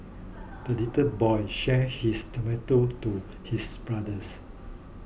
the little boy shared his tomato to his brothers